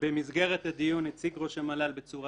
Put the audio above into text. במסגרת הדיון הציג ראש המל"ל בצורה